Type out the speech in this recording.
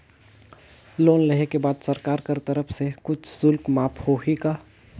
Loan लेहे के बाद सरकार कर तरफ से कुछ शुल्क माफ होही का?